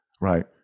right